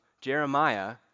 Jeremiah